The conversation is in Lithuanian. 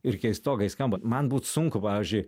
ir keistokai skamba man būt sunku pavyzdžiui